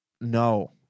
no